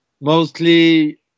mostly